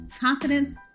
Confidence